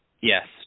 yes